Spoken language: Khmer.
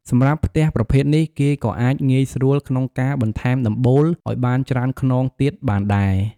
សម្រាប់ផ្ទះប្រភេទនេះគេក៏អាចងាយស្រួលក្នុងការបន្ថែមដំបូលឱ្យបានច្រើនខ្នងទៀតបានដែល។